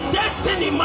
destiny